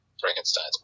Frankenstein's